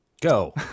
Go